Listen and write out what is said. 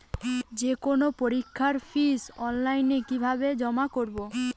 যে কোনো পরীক্ষার ফিস অনলাইনে কিভাবে জমা করব?